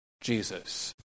Jesus